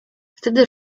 wtedy